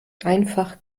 einfach